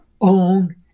own